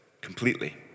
completely